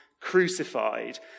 crucified